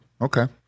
Okay